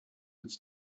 its